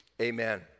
Amen